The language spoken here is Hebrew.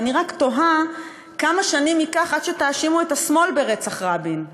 אני רק תוהה כמה שנים ייקח עד שתאשימו את השמאל ברצח רבין,